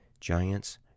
Giants